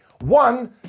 one